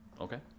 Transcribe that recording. Okay